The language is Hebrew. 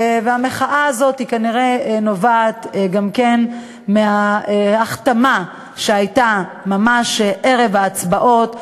והמחאה הזאת כנראה נובעת גם כן מההחתמה שהייתה ממש ערב ההצבעות.